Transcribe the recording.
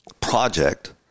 project